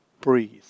breathe